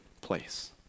place